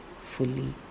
fully